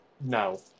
No